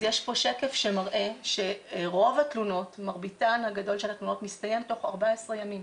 אז יש פה שקף שמרביתן הגדול של התלונות מסתיים תוך 14 ימים.